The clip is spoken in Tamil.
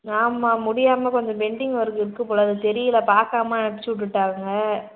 ஆமாம் முடியாமல் கொஞ்சம் பெண்டிங் ஒர்க் இருக்குது போல அது தெரியல பார்க்காம அனுப்பிச்சிவுட்டுட்டாங்க